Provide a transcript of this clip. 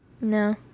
no